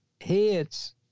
heads